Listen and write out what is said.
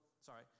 sorry